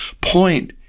point